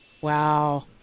Wow